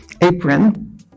apron